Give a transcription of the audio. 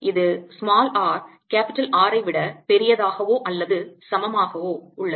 இது r Rஐ விட பெரியதாகவோ அல்லது சமமாக உள்ளது